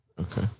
Okay